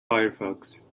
firefox